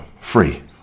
free